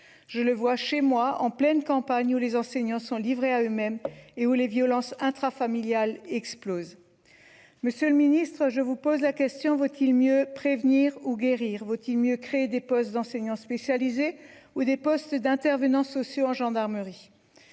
Je le vois chez moi, en pleine campagne où les enseignants sont livrés à eux-mêmes et où les violences intrafamiliales explosent. Monsieur le Ministre, je vous pose la question, vaut-il mieux prévenir ou guérir vaut-il mieux créer des postes d'enseignants spécialisés ou des postes d'intervenants sociaux en gendarmerie.